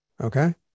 Okay